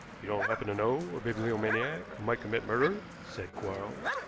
you don't happen to know a bibliomaniac who might commit murder? said quarles.